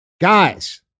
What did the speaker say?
Guys